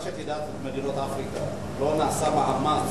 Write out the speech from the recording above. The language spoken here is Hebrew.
רק שתדע שבמדינות אפריקה לא נעשה מאמץ